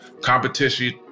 competition